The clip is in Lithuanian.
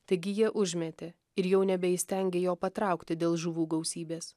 taigi jie užmetė ir jau nebeįstengė jo patraukti dėl žuvų gausybės